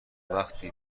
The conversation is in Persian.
وقتی